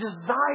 desire